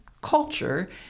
culture